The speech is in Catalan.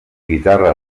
guitarra